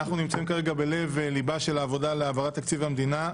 אנחנו נמצאים כרגע בלב ליבה של העבודה על העברת תקצבי המדינה,